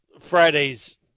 Friday's